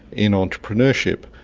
in entrepreneurship.